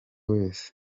wese